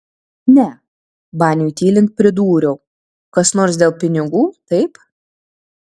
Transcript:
ne baniui tylint pridūriau kas nors dėl pinigų taip